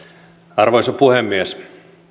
arvoisa puhemies